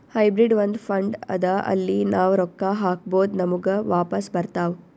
hybrid ಒಂದ್ fund ಅದಾ ಅಲ್ಲಿ ನಾವ್ ರೊಕ್ಕಾ ಹಾಕ್ಬೋದ್ ನಮುಗ ವಾಪಸ್ ಬರ್ತಾವ್